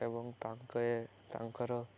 ଏବଂ ତାଙ୍କ ତାଙ୍କର